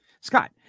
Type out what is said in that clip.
Scott